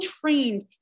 trained